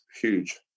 huge